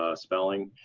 ah spelling.